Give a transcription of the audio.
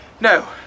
No